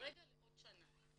כרגע לעוד שנה.